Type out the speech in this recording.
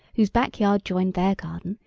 whose back yard joined their garden,